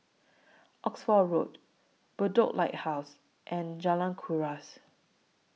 Oxford Road Bedok Lighthouse and Jalan Kuras